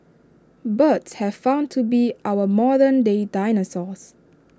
birds have found to be our modern day dinosaurs